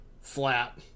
flat